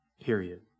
period